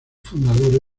fundadores